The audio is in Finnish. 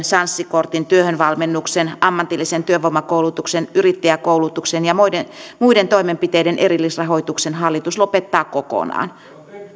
sanssi kortin työhönvalmennuksen ammatillisen työvoimakoulutuksen yrittäjäkoulutuksen ja muiden muiden toimenpiteiden erillisrahoituksen hallitus lopettaa kokonaan